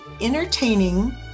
entertaining